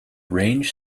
range